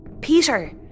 Peter